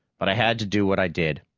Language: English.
but i had to do what i did.